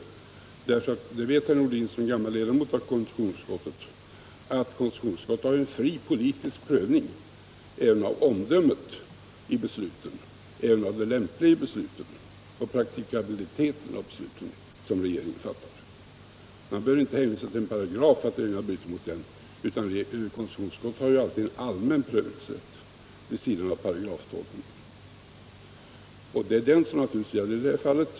Herr Nordin vet, som gammal ledamot av konstitutionsutskottet, att detta utskott har fri politisk prövningsrätt även i fråga om det lämpliga i besluten och praktikabiliteten av de beslut som regeringen fattar. Man behöver inte hänvisa till en paragraf och säga att regeringen har brutit mot den. Konstitutionsutskottet har alltid en allmän prövningsrätt vid sidan av paragraftolkningen, och den gäller naturligtvis i det här fallet.